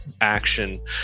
action